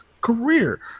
career